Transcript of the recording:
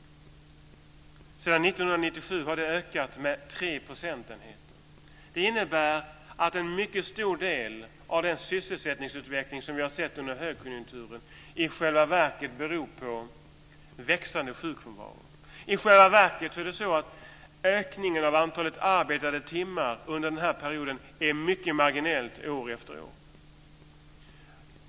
Sedan 1997 har ökningen varit Det innebär att en mycket stor del av den sysselsättningsutveckling som vi har sett under högkonjunkturen i själva verket berott på växande sjukfrånvaro. I själva verket är ökningen av antalet arbetade timmar under den här perioden mycket marginell år efter år.